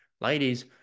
ladies